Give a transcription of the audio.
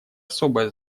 особое